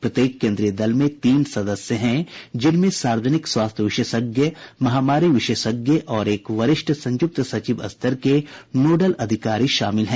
प्रत्येक केंद्रीय दल में तीन सदस्य हैं जिनमें सार्वजनिक स्वास्थ्य विशेषज्ञ महामारी विशेषज्ञ और एक वरिष्ठ संयुक्त सचिव स्तर के नोडल अधिकारी शामिल हैं